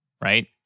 right